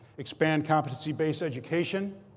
expand competency-based education.